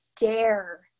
dare